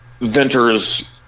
Venters